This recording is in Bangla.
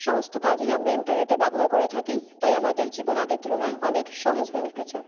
সমস্ত কাজেই আমরা ইন্টারনেটের ব্যবহার করে থাকি তাই আমাদের জীবন আগের তুলনায় অনেক সহজ হয়ে উঠেছে